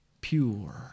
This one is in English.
pure